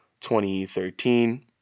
2013